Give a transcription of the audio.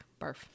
barf